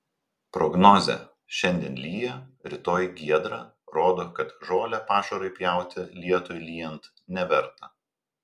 prognozė šiandien lyja rytoj giedra rodo kad žolę pašarui pjauti lietui lyjant neverta